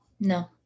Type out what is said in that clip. No